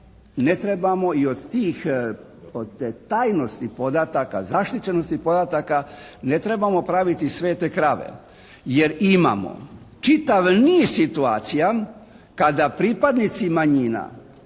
ne trebamo i od tih, od te tajnosti podataka, zaštićenosti podataka ne trebamo praviti svete krave jer imamo čitav niz situacija kada pripadnici manjina